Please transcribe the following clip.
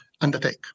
undertake